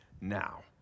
now